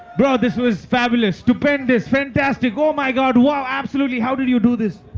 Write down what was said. bro, this was fabulous, stupendous, fantastic. oh my god. wow. absolutely, how did you do this?